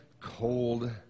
cold